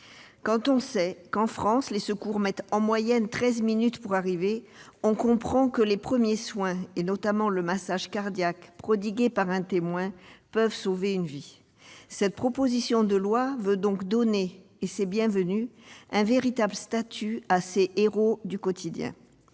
Quand on sait qu'en France les secours mettent en moyenne treize minutes pour arriver, on comprend que les premiers soins prodigués par un témoin, notamment le massage cardiaque, peuvent sauver une vie. Cette proposition de loi veut donc donner, ce qui est bienvenu, un véritable statut à ces héros du quotidien.